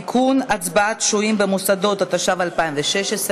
(תיקון, הצבעת שוהים במוסדות), התשע"ו 2016,